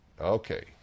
Okay